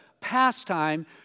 pastime